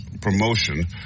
promotion